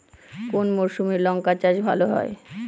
কোন মরশুমে লঙ্কা চাষ ভালো হয়?